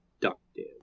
productive